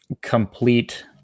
complete